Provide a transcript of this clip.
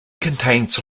contains